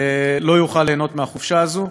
לא יוכל ליהנות מהחופשה הזו.